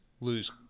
lose